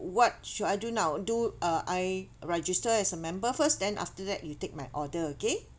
what should I do now do uh I register as a member first then after that you take my order okay